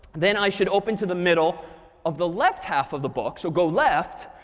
then i should open to the middle of the left half of the book. so go left,